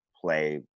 play